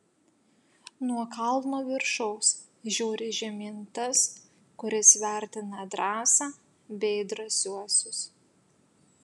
nuo kalno viršaus žiūri žemyn tas kuris vertina drąsą bei drąsiuosius